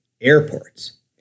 airports